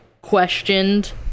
questioned